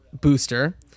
booster